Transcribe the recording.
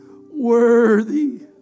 worthy